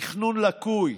תכנון לקוי,